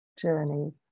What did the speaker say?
journeys